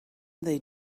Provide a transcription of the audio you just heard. they